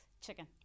Chicken